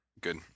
good